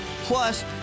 Plus